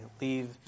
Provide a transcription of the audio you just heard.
leave